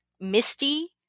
misty